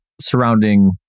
surrounding